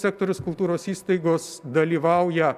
sektorius kultūros įstaigos dalyvauja